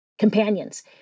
companions